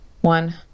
one